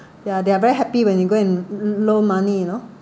ya they are very happy when you go and loan money you know